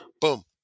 boom